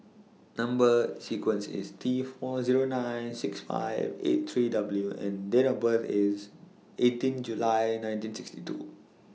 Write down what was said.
Number sequence IS T four Zero nine six five eight three W and Date of birth IS eighteen July nineteen sixty two